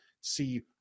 see